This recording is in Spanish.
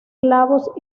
clavos